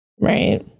right